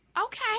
okay